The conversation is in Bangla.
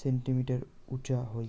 সেন্টিমিটার উচা হই